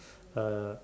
uh